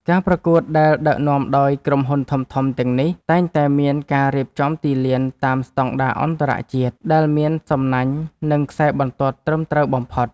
ការប្រកួតដែលដឹកនាំដោយក្រុមហ៊ុនធំៗទាំងនេះ តែងតែមានការរៀបចំទីលានតាមស្ដង់ដារអន្តរជាតិ ដែលមានសំណាញ់ និងខ្សែបន្ទាត់ត្រឹមត្រូវបំផុត។